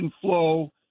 flow